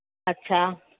अच्छा